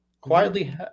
quietly